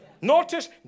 Notice